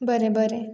बरें बरें